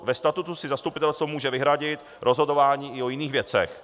Ve statutu si zastupitelstvo může vyhradit rozhodování i o jiných věcech.